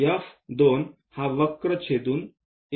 F2 हा वक्र छेदून A2 आहे